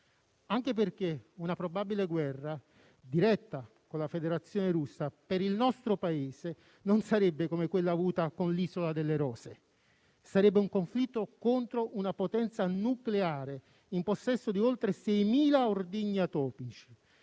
anche perché una probabile guerra diretta con la Federazione Russa per il nostro Paese non sarebbe come quella avuta con l'Isola delle Rose; sarebbe un conflitto contro una potenza nucleare in possesso di oltre 6.000 ordigni atomici.